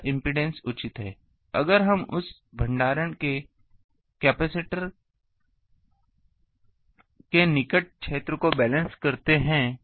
तो यह इम्पीडेन्स उचित है अगर हम उस भंडारण के निकट क्षेत्र को बैलेंस करते हैं